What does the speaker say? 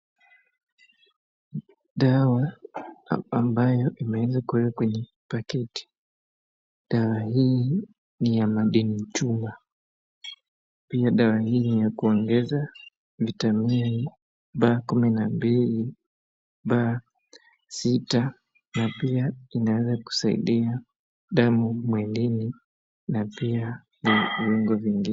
Dawa a, ambayo imeweza kuwekwa kwenye pakiti. Dawa hii ni ya madini chuma. Pia dawa hii ni ya kuongeza vitamini B12 , B6 na pia inaweza kusaidia damu mwilini na pia viungo vingin..